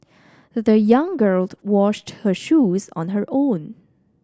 the young girl washed her shoes on her own